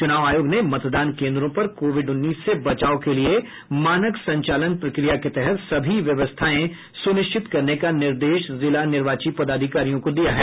चूनाव आयोग ने मतदान केंद्रों पर कोविड उन्नीस से बचाव के लिये मानक संचालन प्रक्रिया के तहत सभी व्यवस्थाएं सुनिश्चित करने का निर्देश जिला निर्वाची पदाधिकारियों को दिया है